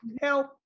help